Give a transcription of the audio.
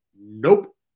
Nope